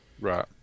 Right